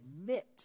admit